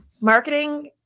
marketing